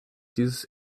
dieses